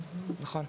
נכון.